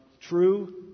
true